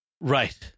Right